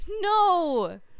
No